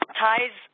ties